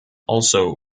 also